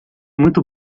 muito